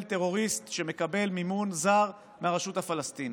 טרוריסט שמקבל מימון זר מהרשות הפלסטינית,